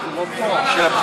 --- ליצמן, זה לא הלכה, זה